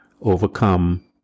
overcome